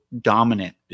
dominant